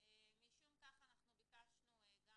משום כך ביקשנו גם